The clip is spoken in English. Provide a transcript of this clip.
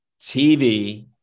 TV